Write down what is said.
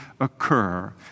occur